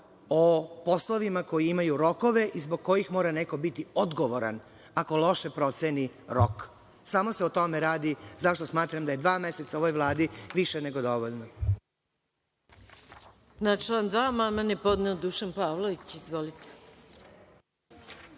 o poslovima koji imaju rokove i zbog kojih mora neko biti odgovoran ako loše proceni rok. Samo se o tome radi zašto smatram da je dva meseca ovoj Vladi više nego dovoljno.